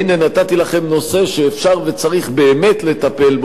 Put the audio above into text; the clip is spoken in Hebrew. נתתי לכם נושא שאפשר וצריך באמת לטפל בו,